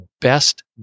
best